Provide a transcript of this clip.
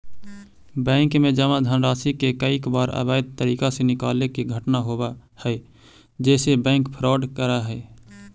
bank में जमा धनराशि के कईक बार अवैध तरीका से निकाले के घटना होवऽ हइ जेसे बैंक फ्रॉड करऽ हइ